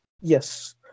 Yes